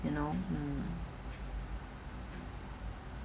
you know mm